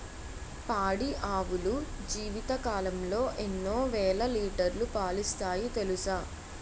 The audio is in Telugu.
పాడి ఆవులు జీవితకాలంలో ఎన్నో వేల లీటర్లు పాలిస్తాయి తెలుసా